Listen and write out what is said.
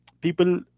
people